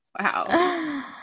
Wow